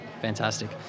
fantastic